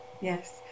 Yes